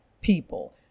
people